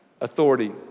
authority